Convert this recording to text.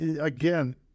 again—